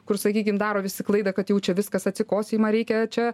kur sakykim daro visi klaidą kad jau čia viskas atsikosėjimą reikia čia